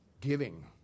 giving